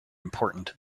important